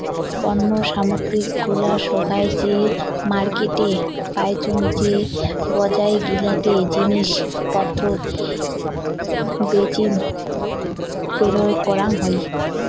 পণ্য সামগ্রী গুলা সোগায় যে মার্কেটে পাইচুঙ যে বজার গিলাতে জিনিস পত্র বেচিম পেরোয় করাং হই